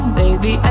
baby